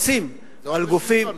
כשלוחצים על גופים, זה הון ושלטון.